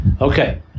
Okay